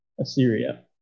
Assyria